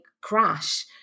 crash